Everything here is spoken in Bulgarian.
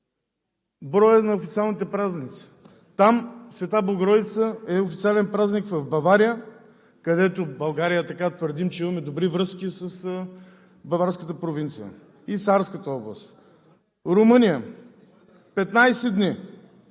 броя на официалните празници. Света Богородица е официален празник в Бавария – в България твърдим, че имаме добри връзки с Баварската провинция – и Саарската област. Румъния – 15 дни,